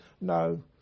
No